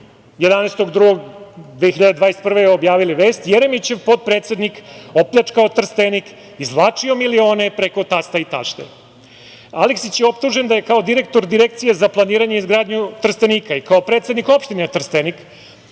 2021. godine objavili vest: „Jeremićev potpredsednik opljačkao Trstenik, izvlačio milione preko tasta i tašte“. Aleksić je optužen da je kao direktor Direkcije za planiranje i izgradnju Trstenika i kao predsednik opštine Trstenik